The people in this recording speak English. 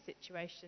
situation